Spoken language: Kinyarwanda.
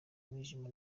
umwijima